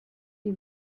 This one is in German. wie